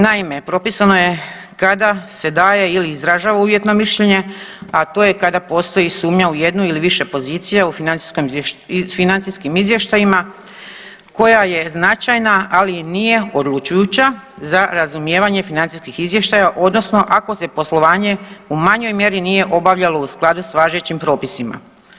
Naime, propisano je kada se daje ili izražava uvjetno mišljenje, a to je kada postoji sumnja u jednu ili više pozicija u financijskim izvještajima koja je značajna ali nije odlučujuća za razumijevanje financijskih izvještaja, odnosno ako se poslovanje u manjoj mjeri nije obavljalo u skladu sa važećim propisima.